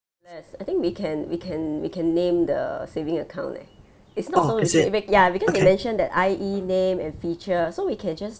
yes I think we can we can we can name the saving account leh it's not so specific ya because they mentioned that I_E name and feature so we can just